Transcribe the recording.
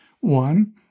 One